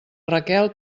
raquel